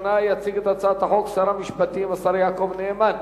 13 בעד, אין מתנגדים, אין נמנעים.